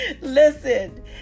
Listen